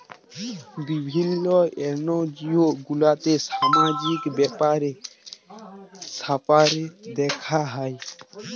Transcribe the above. বিভিল্য এনজিও গুলাতে সামাজিক ব্যাপার স্যাপার দ্যেখা হ্যয়